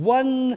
one